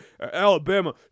Alabama